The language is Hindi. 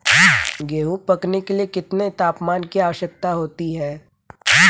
गेहूँ पकने के लिए कितने तापमान की आवश्यकता होती है?